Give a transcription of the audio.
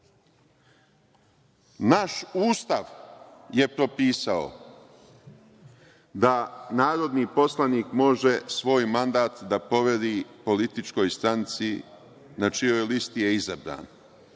Naš Ustav je propisao da narodni poslanik može svoj mandat da poveri političkoj stranci na čijoj listi je izabran,